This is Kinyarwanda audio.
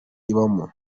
ibamo